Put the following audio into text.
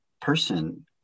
person